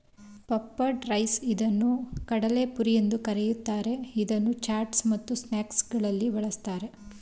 puffed rice ಇದನ್ನು ಕಡಲೆಪುರಿ ಎಂದು ಕರಿತಾರೆ, ಇದನ್ನು ಚಾಟ್ಸ್ ಮತ್ತು ಸ್ನಾಕ್ಸಗಳಲ್ಲಿ ಬಳ್ಸತ್ತರೆ